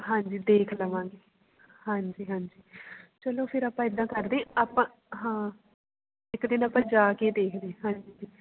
ਹਾਂਜੀ ਦੇਖ ਲਵਾਂਗੇ ਹਾਂਜੀ ਹਾਂਜੀ ਚਲੋ ਫਿਰ ਆਪਾਂ ਇੱਦਾਂ ਕਰਦੇ ਆਪਾਂ ਹਾਂ ਇੱਕ ਦਿਨ ਆਪਾਂ ਜਾ ਕੇ ਦੇਖਦੇ ਹਾਂਜੀ